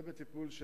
זה בטיפול,